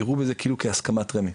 יראו בזה כאילו בהסכמת רמ"י,